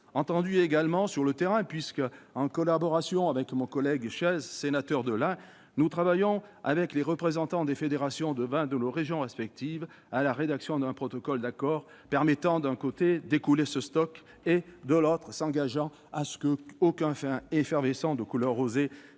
entendus également sur le terrain puisque, en collaboration avec mon collègue Chaize, sénateur de l'Ain, nous travaillons, avec les représentants des fédérations de vins de nos régions respectives, à la rédaction d'un protocole d'accord permettant, d'un côté, d'écouler ce stock, et, de l'autre, de s'engager à ce qu'aucun vin effervescent de couleur rosé présenté